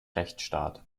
rechtsstaat